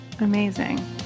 Amazing